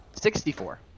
Sixty-four